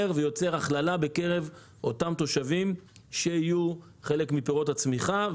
ויוצר הכללה בקרב אותם תושבים שיהיו חלק מפירות הצמיחה.